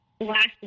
last